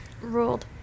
ruled